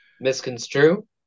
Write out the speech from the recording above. misconstrue